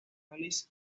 alice